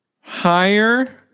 higher